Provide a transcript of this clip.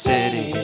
City